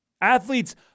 Athletes